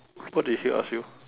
what did she ask you